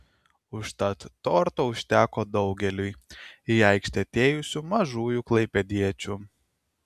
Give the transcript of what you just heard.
užtat torto užteko daugeliui į aikštę atėjusių mažųjų klaipėdiečių